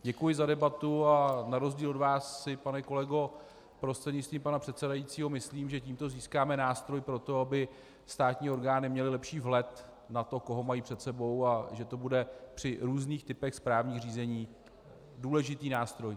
Děkuji za debatu a na rozdíl od vás si, pane kolego prostřednictvím pana předsedajícího, myslím, že tímto získáme nástroj pro to, aby státní orgány měly lepší vhled na to, koho mají před sebou, a že to bude při různých typech správních řízení důležitý nástroj.